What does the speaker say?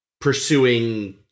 pursuing